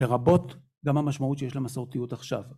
לרבות גם המשמעות שיש למסורתיות עכשיו